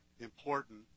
important